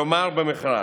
כלומר במכרז.